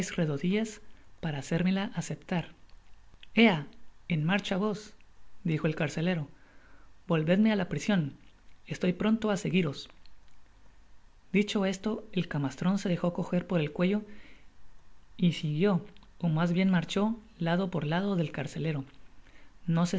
rodillas para hacérmela aceptar ea en márcha vos dijo el carcelero votvedme á la prision estoy pronto á seguiros dicho esto el camastron se dejo cojer por el cuello y siguió ó mas bien marchó lado por lado del carcelero no